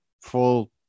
full